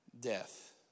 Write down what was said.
death